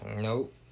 Nope